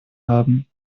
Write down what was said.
haben